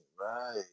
right